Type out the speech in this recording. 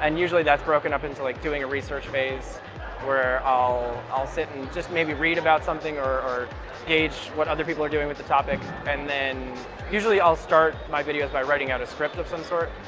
and usually that's broken up into like doing a research phase where i'll i'll sit and just maybe read about something or gauge what other people are doing with the topic. and then usually i'll start my videos by writing out a script of some sort,